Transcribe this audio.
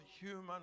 human